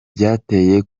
byateye